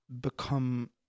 become